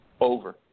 Over